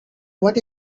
what